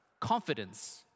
confidence